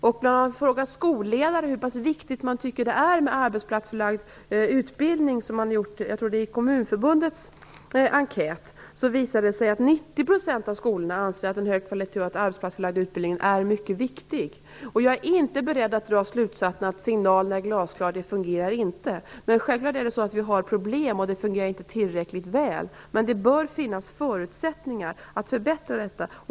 När man frågar skolledare hur pass viktigt de tycker att det är med arbetsplatsförlagd utbildning - det har man frågat om, tror jag, i Kommunförbundets enkät - visar det sig att 90 % av skolorna anser att hög kvalitet och arbetsplatsförlagd utbildning är mycket viktiga. Jag är inte beredd att dra slutsatsen att signalen är glasklar, dvs. att det inte skulle fungera. Men självfallet finns det problem, och det fungerar inte tillräckligt väl. Men det bör finnas förutsättningar att förbättra detta.